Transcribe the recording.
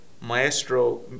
Maestro